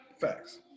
Facts